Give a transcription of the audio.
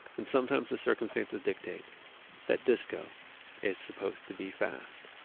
and sometimes the circumstances dictate that disco is supposed to be fast.